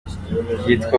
yitwa